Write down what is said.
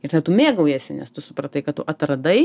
ir tada tu mėgaujiesi nes tu supratai kad tu atradai